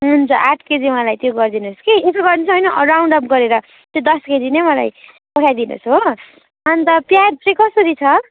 हुन्छ आठ केजी मलाई त्यो गरिदिनु होस् कि यसो गर्नु होस् न राउन्ड अप गरेर त्यो दस केजी नै मलाई पठाइदिनु होस् हो अन्त प्याज चाहिँ कसरी छ